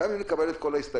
גם אם נקבל את כל ההסתייגויות,